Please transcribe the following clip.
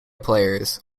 players